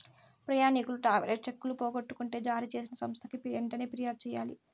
ప్రయాణికులు ట్రావెలర్ చెక్కులు పోగొట్టుకుంటే జారీ చేసిన సంస్థకి వెంటనే ఫిర్యాదు చెయ్యాలి